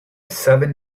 seven